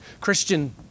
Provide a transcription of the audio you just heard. Christian